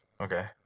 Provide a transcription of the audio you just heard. Okay